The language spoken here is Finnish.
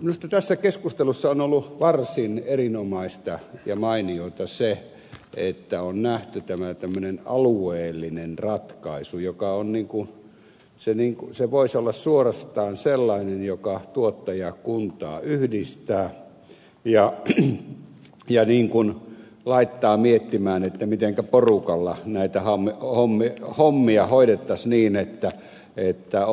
minusta tässä keskustelussa on ollut varsin erinomaista ja mainiota se että on nähty tämä tämmöinen alueellinen ratkaisu joka voisi olla suorastaan sellainen joka tuottajakuntaa yhdistää ja laittaa miettimään mitenkä porukalla näitä hommia hoidettaisiin niin että